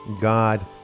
God